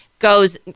goes